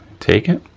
take it,